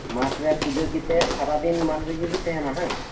ᱢᱟᱴᱷ ᱨᱮ ᱯᱩᱡᱟᱹ ᱠᱟᱛᱮᱫ ᱥᱟᱨᱟᱫᱤᱱ ᱢᱟᱴᱷ ᱨᱮᱜᱮ ᱠᱚ ᱛᱟᱦᱮᱱᱟ ᱦᱮᱸ ᱵᱟᱝ